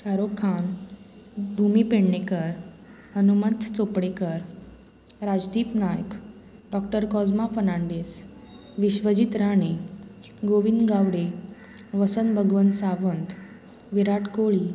Shahrukh Khan Bhumi Pednekar Anumant Chopdekar Rajdeep Naik doctor कौजमा फर्नांडीस विश्वजीत राणे गोविंद गावडे वसन भगवंत सावंत विराट कोळी